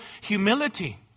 humility